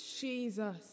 Jesus